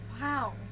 Wow